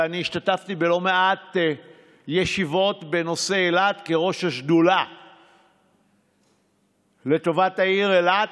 ואני השתתפתי בלא מעט ישיבות בנושא אילת כראש השדולה לטובת העיר אילת.